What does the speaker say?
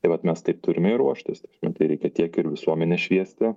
tai vat mes taip turime ir ruoštis ta prasme tai reikia tiek ir visuomenę šviesti